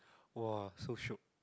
!wah! so shiok